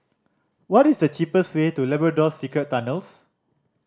what is the cheapest way to Labrador Secret Tunnels